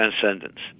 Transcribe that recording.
transcendence